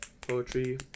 poetry